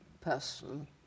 person